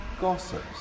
gossips